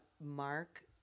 Mark